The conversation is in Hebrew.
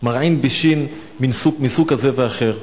מרעין בישין מסוג כזה ואחר.